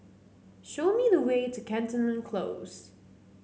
show me the way to Canton Close